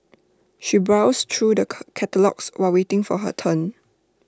she browsed through the catalogues while waiting for her turn